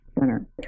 Center